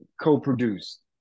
co-produced